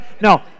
No